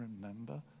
remember